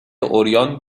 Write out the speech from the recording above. عریان